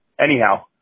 Anyhow